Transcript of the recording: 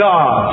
God